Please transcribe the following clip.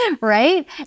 right